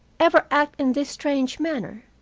ever act in this strange manner?